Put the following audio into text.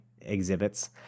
exhibits